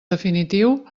definitiu